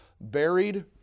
buried